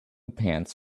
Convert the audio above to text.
pants